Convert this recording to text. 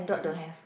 like this